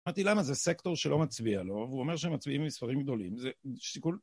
אמרתי למה זה סקטור שלא מצביע לו, והוא אומר שהם מצביעים מספרים גדולים, זה שיקול